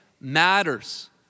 matters